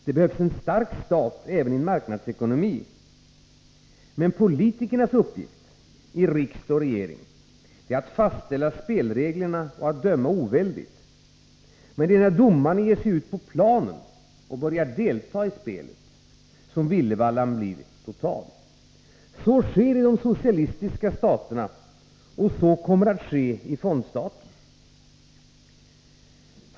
Det behövs en stark stat även i en marknadsekonomi, men politikernas uppgift i riksdag och regering är att fastställa spelreglerna och att döma oväldigt. Det är när domarna ger sig ut på planen och börjar delta i spelet som villervallan blir total. Så sker i de socialistiska staterna, och så kommer att ske i fondstaten.